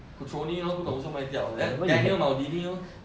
putroni lor 不懂为什么卖掉 then daniel maldini lor